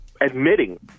admitting